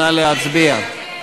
נא להצביע.